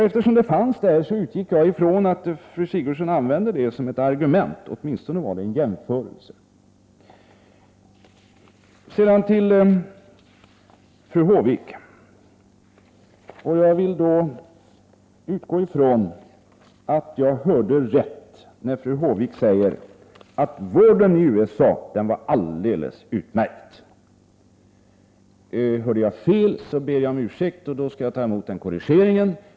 Eftersom inslaget fanns där, utgick jag från att fru Sigurdsen använde det som ett argument, eller åtminstone som en jämförelse. Sedan till fru Håvik. Jag utgår från att jag hörde rätt och att fru Håvik sade att vården i USA var alldeles utmärkt. Hörde jag fel ber jag om ursäkt, och då skall jag ta emot en korrigering.